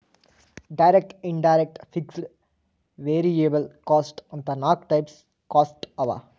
direct, indirect, fixed, variable cost ಅಂತ್ ನಾಕ್ type cost ಅವಾ